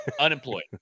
unemployed